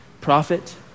prophet